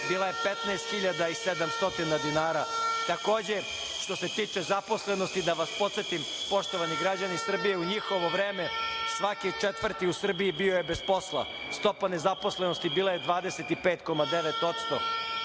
bila je 15.700 dinara. Takođe, što se tiče zaposlenosti, da vas podsetim, poštovani građani Srbije, u njihovo vreme svaki četvrti u Srbiji bio je bez posla. Stopa nezaposlenosti bila je 25,9%.